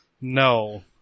No